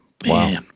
Wow